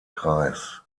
kreis